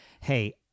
Hey